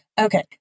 Okay